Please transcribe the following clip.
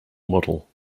model